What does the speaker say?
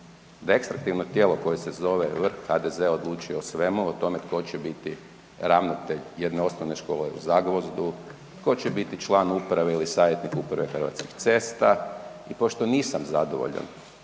da … tijelo koje se zove vrh HDZ-a odlučuje o svemu o tome tko će biti ravnatelj jedne Osnovne škole u Zagvozdu, tko će biti član uprave ili savjetnik uprave Hrvatskih cesta i pošto nisam zadovoljan